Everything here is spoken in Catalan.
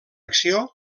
acció